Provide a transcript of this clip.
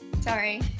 sorry